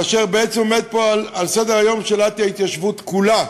כאשר בעצם עומדת פה על סדר-היום שאלת ההתיישבות כולה,